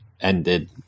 ended